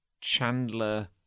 chandler